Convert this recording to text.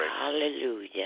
Hallelujah